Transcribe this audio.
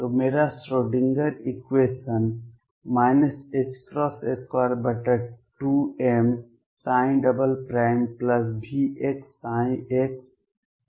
तो मेरा Schrodinger equation Schrödinger equation 22mψVxxEψx है